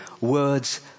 words